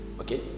Okay